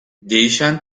değişen